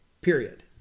Period